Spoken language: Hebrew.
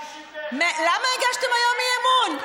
61. למה הגשתם היום אי-אמון?